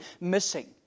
missing